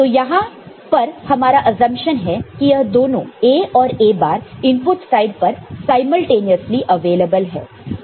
तो यहां पर हमारा असप्शन यह है कि दोनों A और A बार इनपुट साइड पर साइमलटेनसली अवेलेबल है